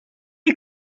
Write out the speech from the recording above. est